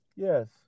Yes